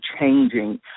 changing